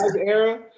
era